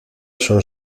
son